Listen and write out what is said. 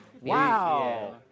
Wow